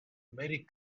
merry